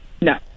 No